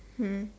mm